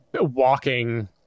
walking